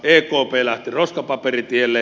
ekp lähti roskapaperitielle